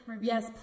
yes